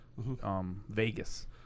Vegas